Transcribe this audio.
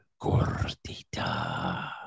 gordita